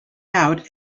out